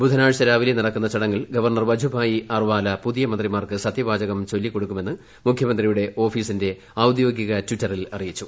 ബുധനാഴ്ച രാവിലെ നടക്കുന്ന ചടങ്ങിൽ ഗ്വർണർ വജുഭായി ആർവാല പുതിയ മന്ത്രിമാർക്ക് സത്യവാചകം ചൊല്ലിക്കൊടുക്കുമെന്ന് മുഖ്യമന്ത്രി യുടെ ഓഫീസിന്റെ ഔദ്യോഗിക ടിറ്ററിൽ അറിയിച്ചു